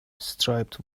striped